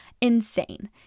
insane